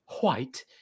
white